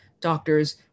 doctors